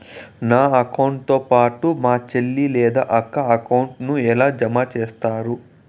నా అకౌంట్ తో పాటు మా చెల్లి లేదా అక్క అకౌంట్ ను ఎలా జామ సేస్తారు?